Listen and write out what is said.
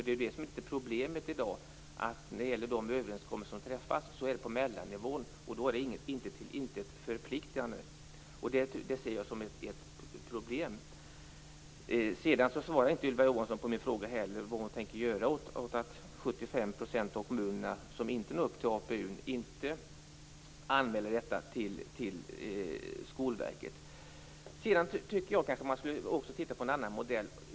Problemet med de överenskommelser som träffas i dag är att de är på mellannivå, och då är det till intet förpliktigande. Det ser jag som ett problem. Ylva Johansson svarade inte på min fråga om vad hon tänker göra åt problemet med att 75 % av kommunerna, som inte når upp till APU, inte anmäler detta till Skolverket. Jag tycker också att man kanske även skulle titta på en annan modell.